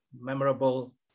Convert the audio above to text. memorable